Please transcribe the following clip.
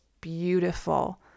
beautiful